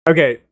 Okay